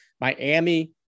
Miami